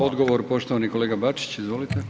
Odgovor poštovani kolega Bačić, izvolite.